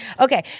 Okay